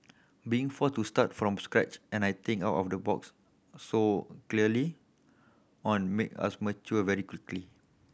being forced to start from scratch and I think out of the box so early on made us mature very quickly